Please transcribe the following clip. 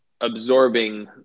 absorbing